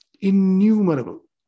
Innumerable